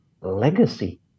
legacy